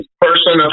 person